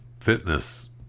fitness